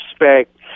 respect